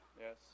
Yes